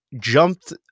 jumped